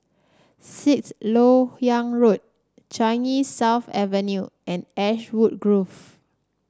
Sixth LoK Yang Road Changi South Avenue and Ashwood Grove